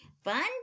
Fun